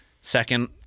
second